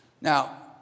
Now